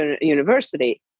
university